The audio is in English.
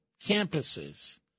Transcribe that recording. campuses